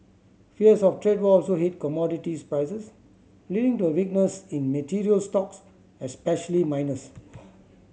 fears of trade war also hit commodities prices leading to a weakness in materials stocks especially miners